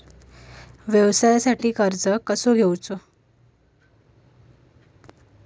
व्यवसायासाठी कर्ज कसा घ्यायचा?